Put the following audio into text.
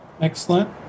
excellent